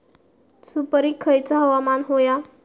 सुपरिक खयचा हवामान होया?